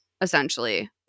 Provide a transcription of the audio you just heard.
essentially